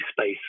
space